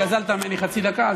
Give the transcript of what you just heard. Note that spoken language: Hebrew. גזלת ממני חצי דקה,